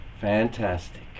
fantastic